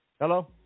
Hello